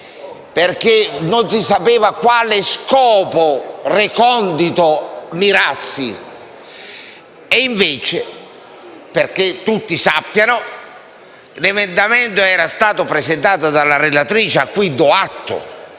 non si sapeva a quale scopo recondito mirassi. Invece, affinché tutti lo sappiano, tale emendamento era stato presentato dalla relatrice, a cui do atto